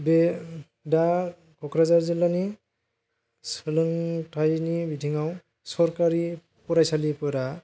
बे दा क'क्राझार जिललानि सोलोंथाइनि बिथिंआव सरकारि फरायसालिफोरा